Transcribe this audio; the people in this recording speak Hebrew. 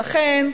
ולכן,